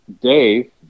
Dave